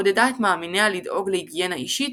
עודדה את מאמיניה לדאוג להיגיינה אישית,